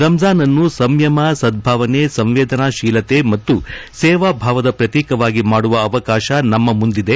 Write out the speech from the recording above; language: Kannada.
ರಂಜಾನ್ನನ್ನು ಸಂಯಮ ಸದ್ಯಾವನಾ ಸಂವೇದನ ಶೀಲತೆ ಮತ್ತು ಸೇವಾ ಭಾವದ ಪ್ರತೀಕವಾಗಿ ಮಾಡುವ ಅವಕಾಶ ನಮ್ನ ಮುಂದಿದೆ